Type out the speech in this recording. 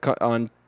on